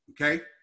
okay